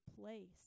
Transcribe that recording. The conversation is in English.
place